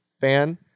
fan